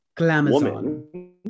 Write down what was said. woman